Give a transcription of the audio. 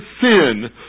sin